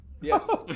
Yes